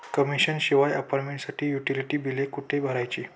Commission शिवाय अपार्टमेंटसाठी utility बिले कुठे भरायची?